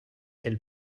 elle